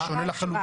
זה שונה לחלוטין.